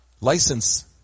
license